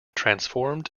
transformed